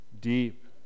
deep